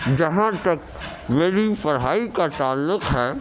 جہاں تک میری پڑھائی کا تعلق ہے